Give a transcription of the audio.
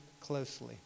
closely